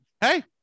hey